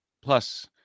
Plus